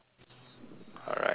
alright that's great